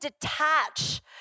detach